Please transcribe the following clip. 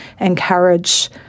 encourage